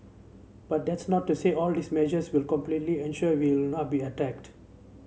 but that's not to say all these measures will completely ensure we will not be attacked